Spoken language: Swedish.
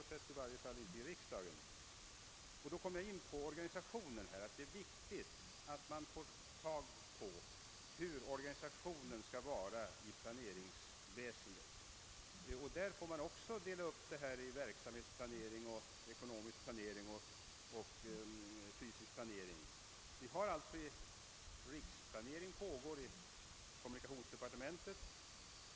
Vi vet alltså mycket litet om dem. Jag kommer därmed in på organisationen. Det är viktigt att man gör klart för sig hur organisationen av planeringsväsendet skall vara uppbyggd. Man måste också här dela upp planeringen i verksamhetsplanering, ekonomisk planering och fysisk planering. Riksplaneringen sker alltså i kommunikationsdepartementet.